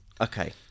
Okay